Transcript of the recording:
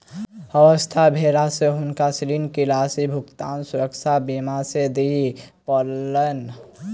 अस्वस्थ भेला से हुनका ऋण के राशि भुगतान सुरक्षा बीमा से दिय पड़लैन